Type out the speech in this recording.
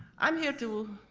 i'm here to,